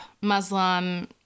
Muslim